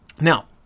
Now